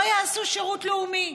לא יעשו שירות לאומי,